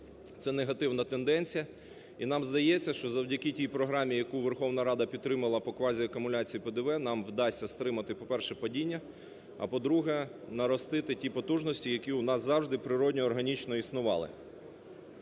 це негативна тенденція. І нам здається, що завдяки тій програмі, яку Верховна Рада підтримала по квазіакумуляції ПДВ, нам вдасться стримати, по-перше, падіння, а по-друге, наростити ті потужності, які у нас завжди природно органічно існували.